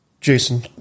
Jason